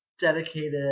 dedicated